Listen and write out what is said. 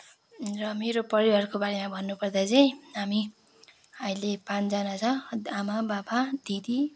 र मेरो परिवारको बारेमा भन्नुपर्दा चाहिँ हामी अहिले पाँचजना छ आमा बाबा दिदी